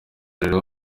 rero